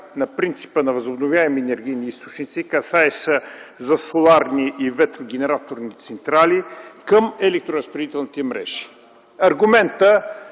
на принципа на възобновяеми енергийни източници, касаещи соларни и ветрогенераторни централи, към електроразпределителните мрежи. Аргументът